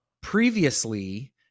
previously